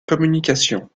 communication